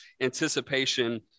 anticipation